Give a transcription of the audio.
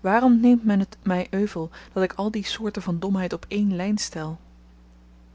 waarom neemt men t my euvel dat ik al die soorten van domheid op één lyn stel